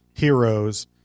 Heroes